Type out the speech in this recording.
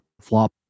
flop